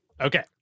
Okay